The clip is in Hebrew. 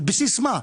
על בסיס מה.